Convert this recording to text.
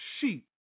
sheep